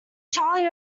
charlie